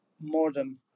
modern